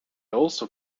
also